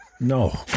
No